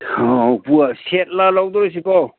ꯍꯣ ꯎꯄꯨ ꯁꯦꯠꯂ ꯂꯧꯗꯣꯏꯁꯤꯕꯣ